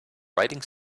writing